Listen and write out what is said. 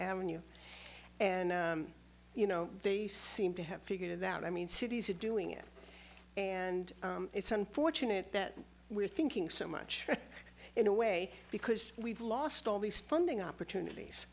avenue and you know they seem to have figured it out i mean cities are doing it and it's unfortunate that we're thinking so much in a way because we've lost all these funding opportunities